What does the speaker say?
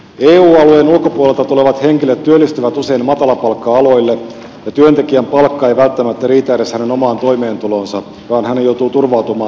eu alueen ulkopuolelta tulevat henkilöt työllistyvät usein matalapalkka aloille ja työntekijän palkka ei välttämättä riitä edes hänen omaan toimeentuloonsa vaan hän joutuu turvautumaan toimeentulotukeen